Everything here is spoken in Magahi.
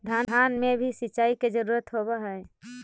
धान मे भी सिंचाई के जरूरत होब्हय?